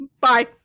Bye